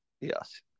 Yes